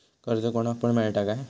कर्ज कोणाक पण मेलता काय?